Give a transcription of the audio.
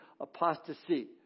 apostasy